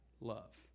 love